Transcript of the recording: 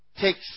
takes